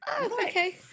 okay